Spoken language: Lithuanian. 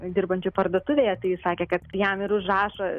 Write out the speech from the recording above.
dirbančiu parduotuvėje tai jis sakė kad jam ir užrašo